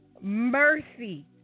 mercy